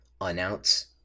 announce